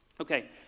Okay